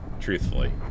Truthfully